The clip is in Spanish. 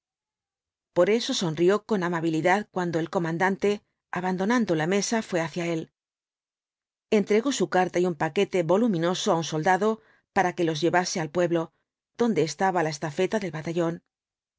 por eso sonrió con amabilidad cuando el comandante abandonando la mesa fué hacia él entregó su carta y un paquete voluminoso á un soldado para que los llevase al pueblo donde estaba la estafeta del batallón